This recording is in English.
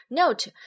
note